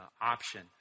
option